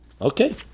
Okay